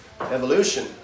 evolution